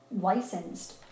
licensed